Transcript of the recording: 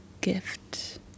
gift